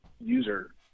user